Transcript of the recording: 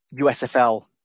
USFL